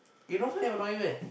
you don't find him annoy you meh